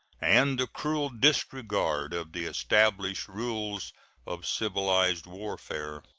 and the cruel disregard of the established rules of civilized warfare.